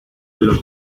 los